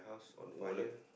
wallet